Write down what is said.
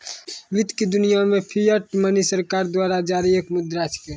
वित्त की दुनिया मे फिएट मनी सरकार द्वारा जारी एक मुद्रा छिकै